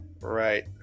Right